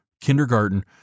kindergarten